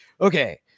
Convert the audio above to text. okay